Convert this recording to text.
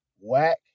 whack